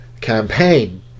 campaign